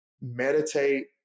meditate